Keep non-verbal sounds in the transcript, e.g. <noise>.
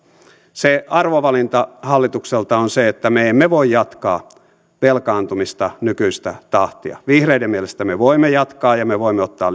se arvovalinta hallitukselta on se että me emme voi jatkaa velkaantumista nykyistä tahtia vihreiden mielestä me voimme jatkaa ja me voimme ottaa <unintelligible>